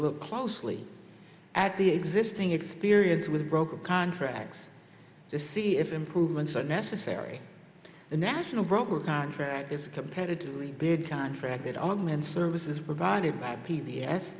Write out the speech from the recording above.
look closely at the existing experience with broken contracts to see if improvements are necessary the national broker contract is competitively bid contract that augment services provided by p